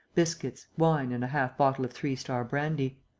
biscuits, wine and a half-bottle of three star brandy.